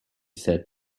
said